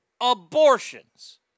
abortions